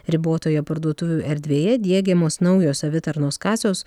ribotoje parduotuvių erdvėje diegiamos naujos savitarnos kasos